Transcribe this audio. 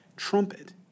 trumpet